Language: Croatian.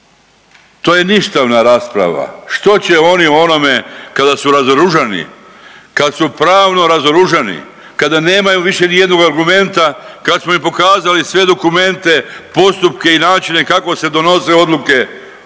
to je ništavna rasprava što će oni u onome kada su razoružani, kad su pravno razoružani, kada nemaju više nijednog argumenta, kad smo im pokazali sve dokumente postupke i načine kako se donose odluke njih